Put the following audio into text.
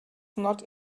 not